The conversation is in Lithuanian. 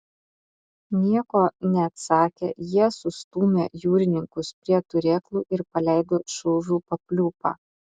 nieko neatsakę jie sustūmę jūrininkus prie turėklų ir paleido šūvių papliūpą